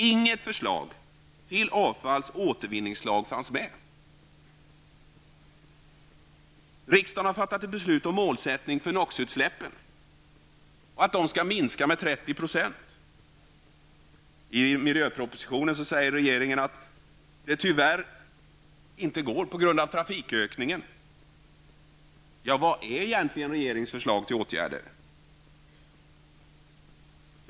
Inget förslag till avfalls och återvinningslag fanns med. Riksdagen har fattat beslut om målsättningen för NOX-utsläppen. De skall minska med 30 %. I miljöpropositionen säger regeringen att detta tyvärr inte går på grund av trafikökningen. Vilka är egentligen regeringens förslag till åtgärder?